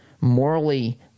morally—